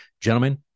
Gentlemen